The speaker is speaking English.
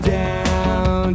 down